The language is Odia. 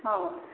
ହଁ